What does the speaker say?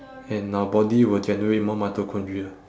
and our body will generate more mitochondria